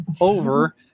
over